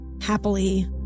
happily